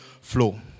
flow